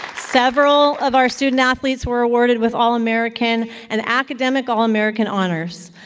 several of our student athletes were awarded with all-american and academic all-american honors.